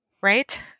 right